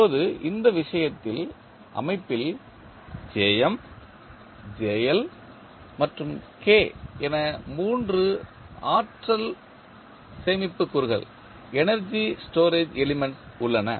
இப்போது இந்த விஷயத்தில் அமைப்பில் மற்றும் என 3 ஆற்றல் சேமிப்பு கூறுகள் உள்ளன